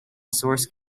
source